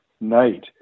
night